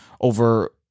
over –